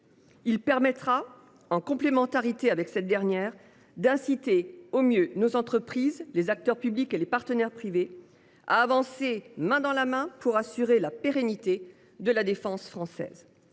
Elle permettra, en complémentarité avec cette dernière, d’inciter au mieux nos entreprises, les acteurs publics et les partenaires privés à avancer main dans la main pour assurer la pérennité de la défense française.